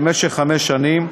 חמש שנים,